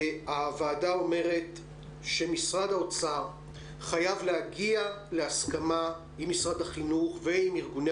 הוועדה אומרת שמשרד האוצר חייב להגיע להסכמה עם משרד החינוך ועם ארגוני